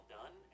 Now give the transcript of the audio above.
done